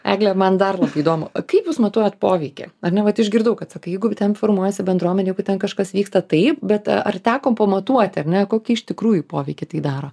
egle man dar labai įdomu kaip jūs matuojat poveikį ar ne vat išgirdau kad sakai jeigu ten formuojasi bendruomenė kur ten kažkas vyksta taip bet ar teko pamatuoti ar ne kokį iš tikrųjų poveikį tai daro